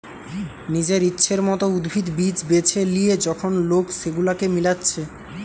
নিজের ইচ্ছের মত উদ্ভিদ, বীজ বেছে লিয়ে যখন লোক সেগুলাকে মিলাচ্ছে